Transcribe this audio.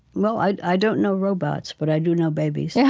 well, i i don't know robots, but i do know babies. yeah